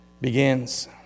begins